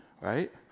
right